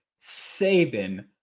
Saban